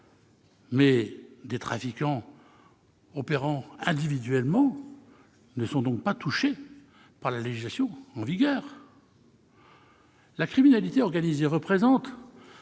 Aussi des trafiquants opérant individuellement ne sont-ils pas touchés par la législation en vigueur. La criminalité organisée représente